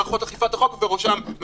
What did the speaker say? אנחנו לא רואים את